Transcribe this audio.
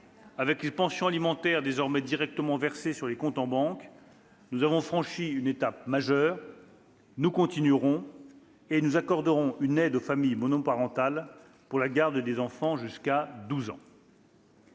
Avec les pensions alimentaires désormais directement versées sur les comptes en banque, nous avons franchi une étape majeure. Nous continuerons et nous accorderons une aide aux familles monoparentales pour la garde des enfants jusqu'à 12 ans.